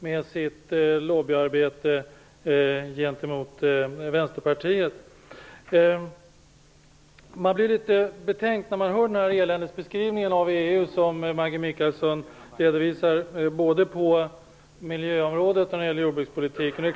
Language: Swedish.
Man blir litet betänksam när man hör den eländesbeskrivning av EU som Maggi Mikaelsson redovisar både på miljöområdet och när det gäller jordbrukspolitiken.